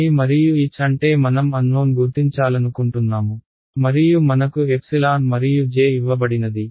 E మరియు H అంటే మనం అన్నోన్ గుర్తించాలనుకుంటున్నాము మరియు మనకు ఎప్సిలాన్ మరియు J ఇవ్వబడినది